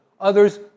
others